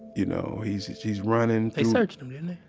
you know. he's just, he's running they searched him, yeah and